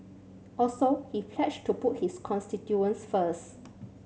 also he pledged to put his constituent first